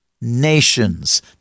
nations